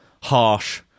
harsh